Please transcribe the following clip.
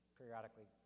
periodically